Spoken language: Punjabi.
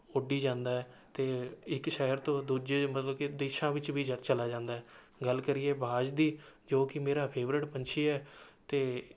ਉੱਡੀ ਜਾਂਦਾ ਹੈ ਅਤੇ ਇੱਕ ਸ਼ਹਿਰ ਤੋਂ ਦੂਜੇ ਮਤਲਬ ਕਿ ਦੇਸ਼ਾਂ ਵਿੱਚ ਵੀ ਜ ਚਲਾ ਜਾਂਦਾ ਹੈ ਗੱਲ ਕਰੀਏ ਬਾਜ਼ ਦੀ ਜੋ ਕਿ ਮੇਰਾ ਫੇਵਰਟ ਪੰਛੀ ਹੈ ਅਤੇ